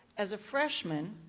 as a freshman,